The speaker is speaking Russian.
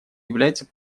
является